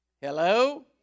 Hello